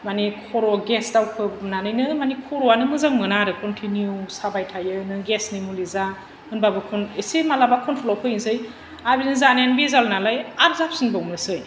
मानि खर' गेस दावखोनानैनो मानि खर'आनो मोजां मोना आरो खनथिनिउ साबाय थायो नों गेसनि मुलि जा होनबाबो खन एसे मालाबा खनथ्रलाव फैनोसै आरो बिदिनो जानायानो बेजाल नालाय आरो जाफिनबावनोसै